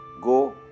go